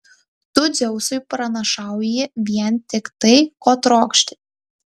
tu dzeusui pranašauji vien tik tai ko trokšti